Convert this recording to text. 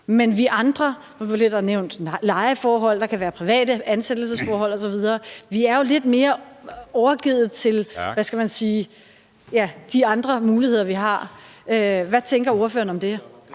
Men vi andre – nu bliver der nævnt lejeforhold, og der kan være private ansættelsesforhold osv. – er jo lidt mere overgivet til, hvad skal man sige, de andre muligheder, vi har. Hvad tænker ordføreren om det?